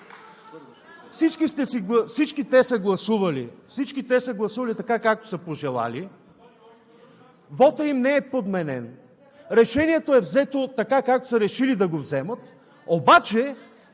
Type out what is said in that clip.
Всички те са гласували така, както са пожелали, вотът им не е подменен, решението е взето, така както са решили да го вземат, обаче